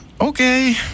Okay